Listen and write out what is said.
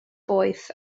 boeth